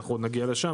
אנחנו עוד נגיע לשם.